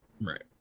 Right